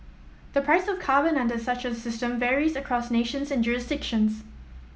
the price of carbon under such a system varies across nations and jurisdictions